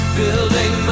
building